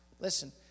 Listen